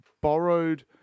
borrowed